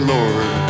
Lord